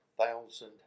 thousand